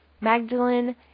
Magdalene